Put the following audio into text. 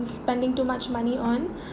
spending too much money on